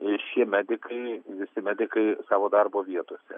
ir šie medikai visi medikai savo darbo vietose